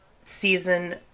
season